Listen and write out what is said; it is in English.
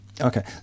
Okay